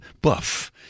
buff